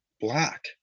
black